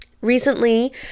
Recently